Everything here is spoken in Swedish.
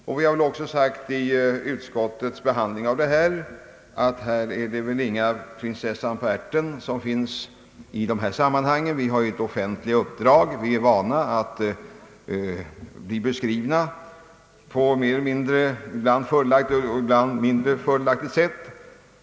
Men det har ju också vid utskottsbehandlingen anförts att det här inte finns någon prinsessa på ärten och att vi ju alla har detta offentliga uppdrag och är vana vid att bli beskrivna på ibland fördelaktigt och ibland mindre fördelaktigt sätt.